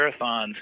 marathons